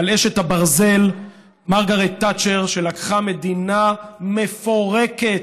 על אשת הברזל מרגרט תאצ'ר, שלקחה מדינה מפורקת,